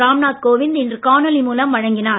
ராம் நாத் கோவிந்த் இன்று காணொலி மூலம் வழங்கினார்